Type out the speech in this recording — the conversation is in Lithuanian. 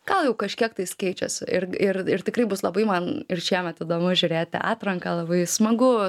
gal jau kažkiek tais keičiasi ir ir ir tikrai bus labai man ir šiemet įdomu žiūrėti atranką labai smagu